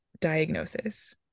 diagnosis